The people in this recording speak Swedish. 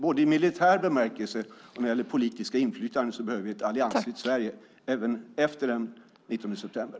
Både i militär bemärkelse och när det gäller det politiska inflytandet behöver vi ett alliansfritt Sverige efter den 19 september.